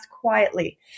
quietly